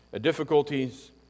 difficulties